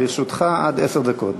לרשותך עד עשר דקות.